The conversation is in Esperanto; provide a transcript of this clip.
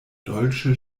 dolĉe